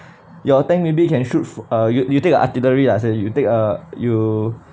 your tank maybe can shoot fo~ uh you you take a artillery lah say you take uh you